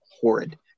horrid